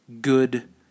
good